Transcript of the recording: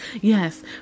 Yes